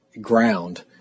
ground